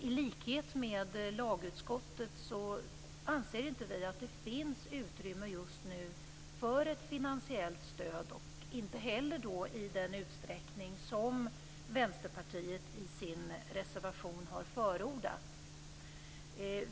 I likhet med lagutskottet anser vi inte att det just nu finns utrymme för ett finansiellt stöd, inte heller i den utsträckning som Vänsterpartiet i sin reservation har förordat.